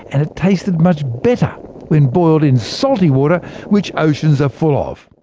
and it tasted much better when boiled in salty water which oceans are full ah of.